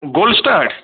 gold star